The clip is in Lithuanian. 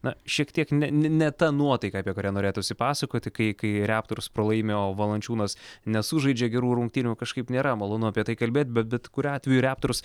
na šiek tiek ne ne ta nuotaika apie kurią norėtųsi pasakoti kai kai reptors pralaimi o valančiūnas nesužaidžia gerų rungtynių kažkaip nėra malonu apie tai kalbėt bet bet kuriuo atveju reptors